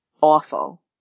Awful